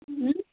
ಹ್ಞೂ